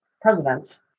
president